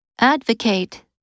Advocate